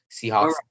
Seahawks